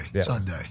Sunday